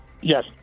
Yes